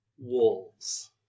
wolves